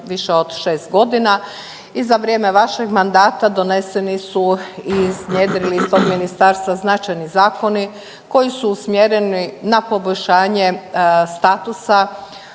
više od 6.g. i za vrijeme vašeg mandata doneseni su i iznjedrili iz tog ministarstva značajni zakoni koji su usmjereni na poboljšanje statusa